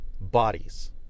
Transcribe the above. bodies